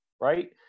Right